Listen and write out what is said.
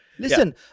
Listen